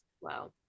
Wow